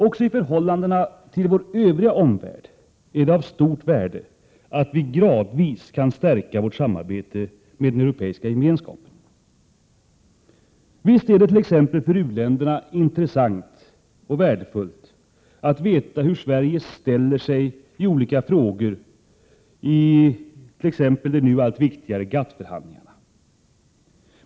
Också i förhållande till vår övriga omvärld är det av stort värde att vi gradvis kan stärka vårt samarbete med den europeiska gemenskapen. Visst är det t.ex. för u-länderna intressant och värdefullt att veta hur Sverige ställer sig i olika frågor, i t.ex. de nu allt viktigare GATT-förhandlingarna.